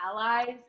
allies